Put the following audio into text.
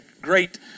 great